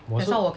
我是